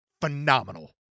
Phenomenal